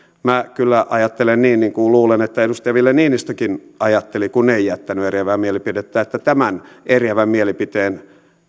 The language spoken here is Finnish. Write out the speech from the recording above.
minä kyllä ajattelen niin niin kuin luulen että edustaja ville niinistökin ajatteli kun ei jättänyt eriävää mielipidettä että tämän eriävän mielipiteen